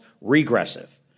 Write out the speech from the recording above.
regressive